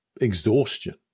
exhaustion